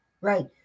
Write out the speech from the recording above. Right